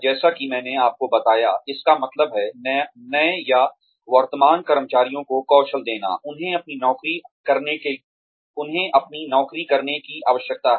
जैसा कि मैंने आपको बताया इसका मतलब है नए या वर्तमान कर्मचारियों को कौशल देना उन्हें अपनी नौकरी करने की आवश्यकता है